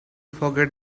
forget